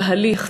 תהליך,